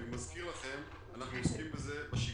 אני מזכיר לכם, אנחנו עוסקים בזה בשגרה.